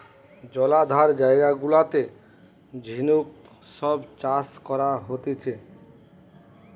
জলাধার জায়গা গুলাতে ঝিনুক সব চাষ করা হতিছে